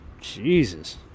Jesus